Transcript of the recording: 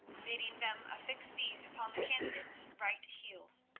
bidding them affix these upon the candidates' right heels.